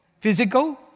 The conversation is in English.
physical